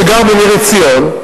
שגר בניר-עציון,